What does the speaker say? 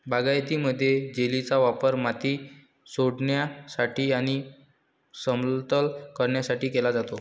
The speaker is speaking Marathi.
बागायतीमध्ये, जेलीचा वापर माती सोडविण्यासाठी आणि समतल करण्यासाठी केला जातो